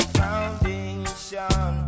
foundation